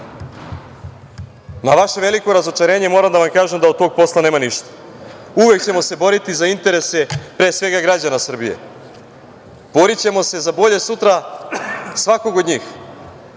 vaše veliko razočarenje moram da vam kažem da od tog posla nema ništa. Uvek ćemo se boriti za interese pre svega građana Srbije. Borićemo se za bolje sutra svakog od njih,